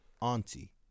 auntie